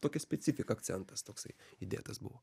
tokia specifika akcentas toksai įdėtas buvo